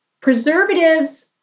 preservatives